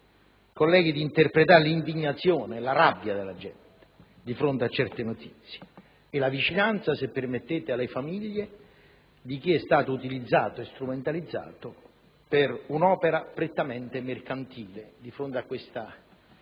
colleghi, di interpretare l'indignazione e la rabbia della gente di fronte a certe notizie e la vicinanza alle famiglie di chi è stato utilizzato e strumentalizzato per un'opera prettamente mercantile, di fronte a questa che